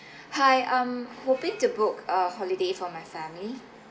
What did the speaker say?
hi I'm hoping to book a holiday for my family